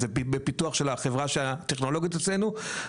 זה בפיתוח של החברה הטכנולוגית אצלנו,